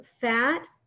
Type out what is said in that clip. fat